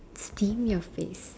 steam your face